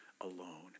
alone